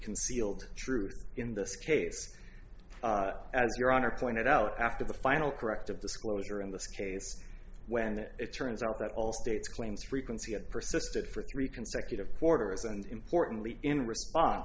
concealed truth in this case as your honor pointed out after the final corrective disclosure in this case when it turned that all states claims frequency and persisted for three consecutive quarters and importantly in response